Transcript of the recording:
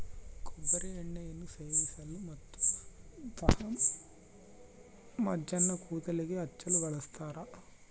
ಕೊಬ್ಬರಿ ಎಣ್ಣೆಯನ್ನು ಸೇವಿಸಲು ಮತ್ತು ದೇಹಮಜ್ಜನ ಕೂದಲಿಗೆ ಹಚ್ಚಲು ಬಳಸ್ತಾರ